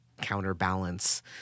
counterbalance